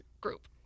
group